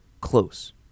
close